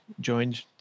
joined